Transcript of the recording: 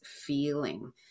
feeling